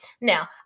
Now